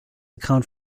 account